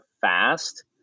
fast